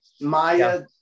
Maya